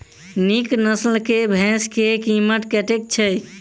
नीक नस्ल केँ भैंस केँ कीमत कतेक छै?